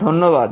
ধন্যবাদ